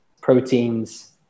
proteins